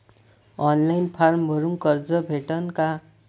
Online form भरून कर्ज भेटन का?